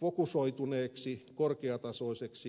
fokusoituneeksi korkeatasoiseksi merkkitavarakaupaksi